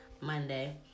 Monday